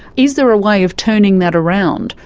is there a way of turning that around,